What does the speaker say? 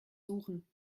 suchen